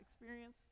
experience